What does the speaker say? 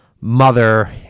mother